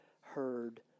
heard